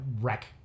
wreck